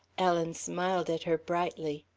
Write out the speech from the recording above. ellen smiled at her brightly,